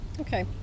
Okay